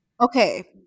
okay